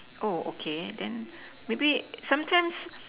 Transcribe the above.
oh okay then maybe sometimes